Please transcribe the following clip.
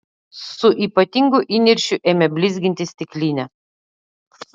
su ypatingu įniršiu ėmė blizginti stiklinę